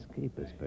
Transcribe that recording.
keepers